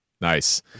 Nice